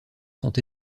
sont